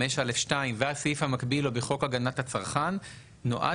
סעיף 5א2 והסעיף המקביל לו בחוק הגנת הצרכן נועד